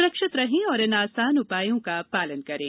सुरक्षित रहें और इन आसान उपायों का पालन करें